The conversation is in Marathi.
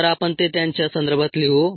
तर आपण ते त्यांच्या संदर्भात लिहू